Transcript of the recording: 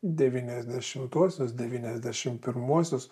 devyniasdešimtuosius devyniasdešim pirmuosius